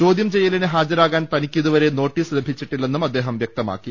ചോദൃം ചെയ്യലിന് ഹാജരാകാൻ തനിക്കിതുവരെ നോട്ടീസ് ലഭിച്ചിട്ടില്ലെന്നും അദ്ദേഹം വൃക്തമാക്കി